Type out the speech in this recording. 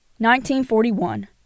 1941